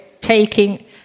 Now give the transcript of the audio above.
taking